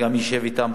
שגם יֵשב אתם,